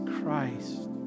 Christ